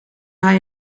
hij